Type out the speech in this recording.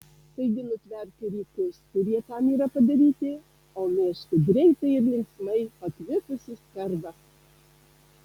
taigi nutverk rykus kurie tam yr padaryti o mėžk greitai ir linksmai pakvipusį skarbą